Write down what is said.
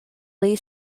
lee